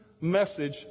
message